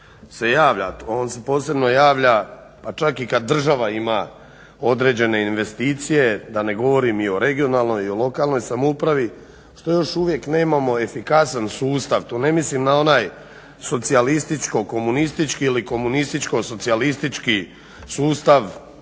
se javlja, a on se posebno javlja pa čak kad i država ima određene investicije, da ne govorim i o regionalnoj, lokalnoj samoupravi što još uvijek nemamo efikasan sustav, to ne mislim na onaj socijalističko-komunistički ili komunističko-socijalistički sustav